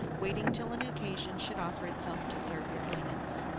waiting till an occasion should offer itself to serve your highness.